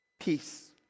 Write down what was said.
peace